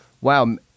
Wow